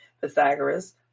Pythagoras